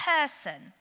person